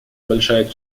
большая